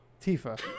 Tifa